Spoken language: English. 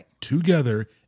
together